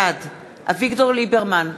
בעד אביגדור ליברמן,